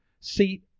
See